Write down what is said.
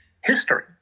history